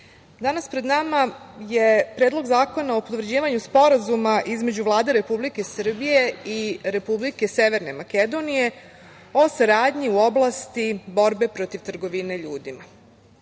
danas je pred nama Predlog zakona o potvrđivanju Sporazuma između Vlade Republike Srbije i Republike Severne Makedonije o saradnji u oblasti borbe protiv trgovine ljudima. Kako